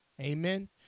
Amen